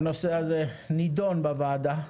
הנושא הזה נידון בוועדה,